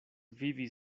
vivi